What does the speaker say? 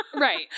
right